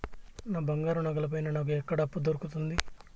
నా బంగారు నగల పైన నాకు ఎక్కడ అప్పు దొరుకుతుంది